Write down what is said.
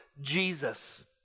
Jesus